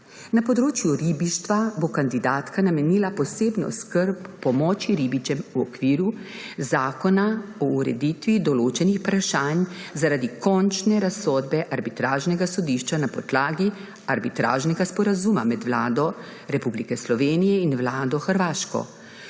Na področju ribištva bo kandidatka namenila posebno skrb pomoči ribičem v okviru Zakona o ureditvi določenih vprašanj zaradi končne razsodbe arbitražnega sodišča na podlagi Arbitražnega sporazuma med Vlado Republike Slovenije in Vlado